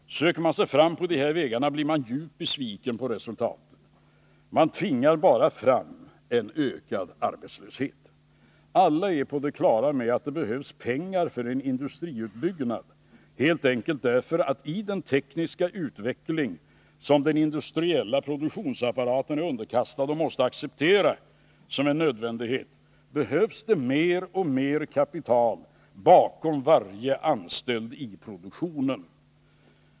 Söker man sig fram på de här vägarna, blir man djupt besviken över resultatet. Man tvingar bara fram en ökad arbetslöshet. Alla är på det klara med att det behövs pengar för en industriutbyggnad, helt enkelt därför att det i den tekniska utveckling som den industriella produktionsapparaten är underkastad och som den måste acceptera som en nödvändighet behövs mer och mer kapital bakom varje anställd i produktionen.